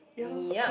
yup